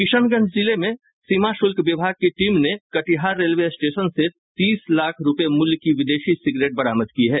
किशनगंज जिले में सीमा शुल्क विभाग की टीम ने कटिहार रेलवे स्टेशन से तीस लाख रुपये मूल्य की विदेशी सिगरेट बरामद की है